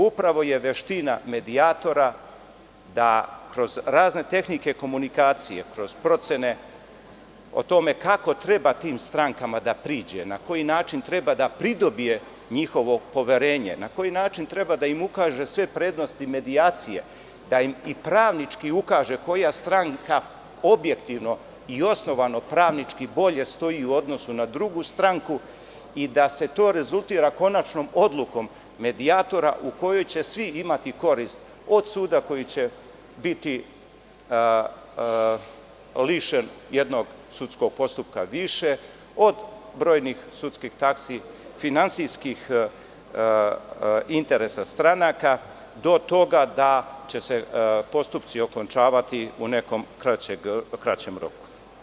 Upravo je veština medijatora da kroz razne tehnike komunikacije, kroz procene o tome kako treba tim strankama da priđe, na koji način treba da pridobije njihovo poverenje, na koji način treba da im ukaže sve prednosti medijacije, da im i pravnički ukaže koja stranka objektivno i osnovano pravnički bolje stoji u odnosu na drugu stranku i da se to rezultira konačnom odlukom medijatora u kojoj će svi imati korist, od suda koji će biti lišen jednog sudskog postupka više, od brojnih sudskih taksi, finansijskih interesa stranaka do toga da će se postupci okončavati u nekom kraćem roku.